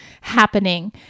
happening